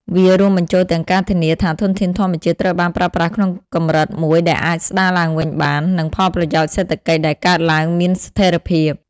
វារួមបញ្ចូលទាំងការធានាថាធនធានធម្មជាតិត្រូវបានប្រើប្រាស់ក្នុងកម្រិតមួយដែលអាចស្ដារឡើងវិញបាន និងផលប្រយោជន៍សេដ្ឋកិច្ចដែលកើតឡើងមានស្ថិរភាព។